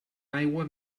aigua